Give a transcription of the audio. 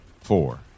four